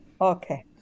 Okay